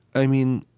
i mean,